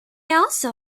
also